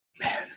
Man